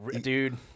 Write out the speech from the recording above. Dude